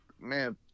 man